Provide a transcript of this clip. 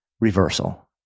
reversal